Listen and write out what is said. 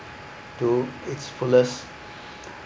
to its fullest